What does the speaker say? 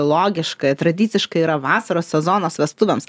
logiška tradiciškai yra vasaros sezonas vestuvėms